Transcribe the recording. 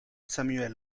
samuel